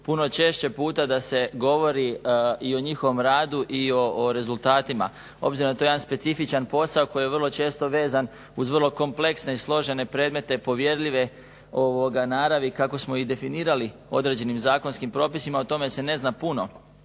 puno češće puta da se govori i o njihovom radu i o rezultatima. Obzirom da je to jedan specifičan posao koji je vrlo često vezan uz vrlo kompleksne i složene predmete povjerljive naravi, kako smo ih definirali određenim zakonskim propisima, o tome se ne zna puno.